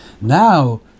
Now